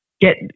get